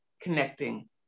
connecting